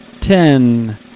ten